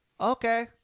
okay